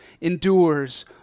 endures